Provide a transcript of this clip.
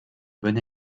bonne